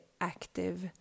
active